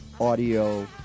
audio